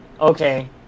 Okay